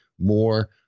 more